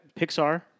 Pixar